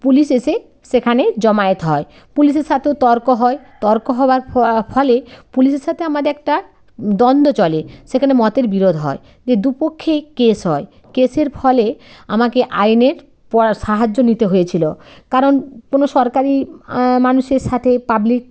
police এসে সেখানে জমায়েত হয় পুলিশের সাথেও তর্ক হয় তর্ক হওয়ার ফলে পুলিশের সাথে আমাদের একটা দ্বন্দ্ব চলে সেখানে মতের বিরোধ হয় দিয়ে দু পক্ষেই কেস হয় কেসের ফলে আমাকে আইনের পর সাহায্য নিতে হয়েছিলো কারণ কোনো সরকারি মানুষের সাথে পাবলিক